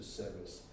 service